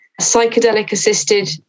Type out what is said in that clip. psychedelic-assisted